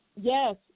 Yes